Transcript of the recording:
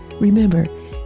Remember